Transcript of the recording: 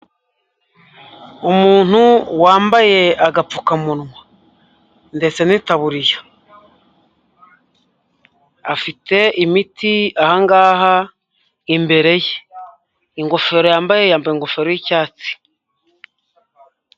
Umuntu wambaye agapfukamunwa ndetse n'itaburiya, afite imiti aha ngaha imbere ye, ingofero yambaye, yambaye ingofero y'icyatsi.